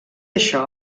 això